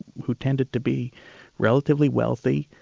who tended to be relatively wealthy,